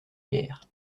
guerre